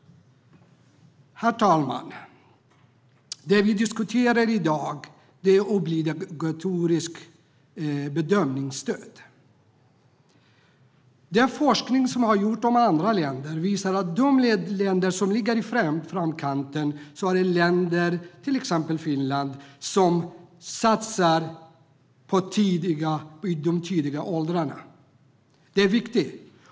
Herr talman! Det vi diskuterar i dag är obligatoriska bedömningsstöd. Den forskning som har gjorts i andra länder visar att de länder som ligger i framkant är länder, till exempel Finland, som satsar på stöd i de tidiga åldrarna. Det är viktigt.